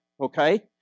okay